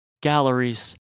galleries